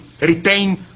retain